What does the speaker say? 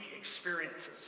experiences